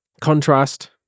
contrast